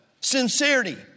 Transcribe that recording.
sincerity